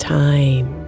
time